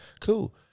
Cool